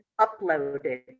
uploaded